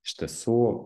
iš tiesų